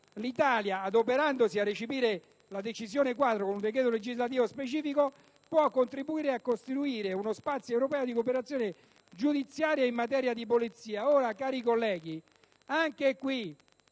L'Italia, adoperandosi a recepire la decisione quadro con decreto legislativo specifico, può contribuire a costituire uno spazio europeo di cooperazione giudiziaria in materia di polizia.